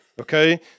Okay